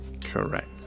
Correct